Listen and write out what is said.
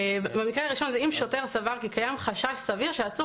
במקרה הראשון זה "אם שוטר סבר כי קיים חשש סביר שהעצור